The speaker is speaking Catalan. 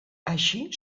així